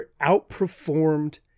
outperformed